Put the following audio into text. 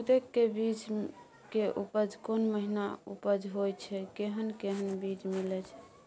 जेय के बीज के उपज कोन महीना उपज होय छै कैहन कैहन बीज मिलय छै?